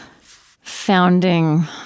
founding